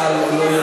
חיילי צה"ל לא,